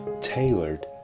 tailored